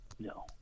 No